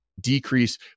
decrease